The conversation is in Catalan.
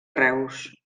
reus